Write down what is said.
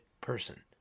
person